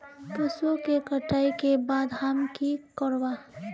पशुओं के कटाई के बाद हम की करवा?